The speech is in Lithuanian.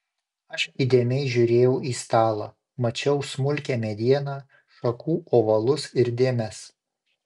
aš įdėmiai žiūrėjau į stalą mačiau smulkią medieną šakų ovalus ir dėmes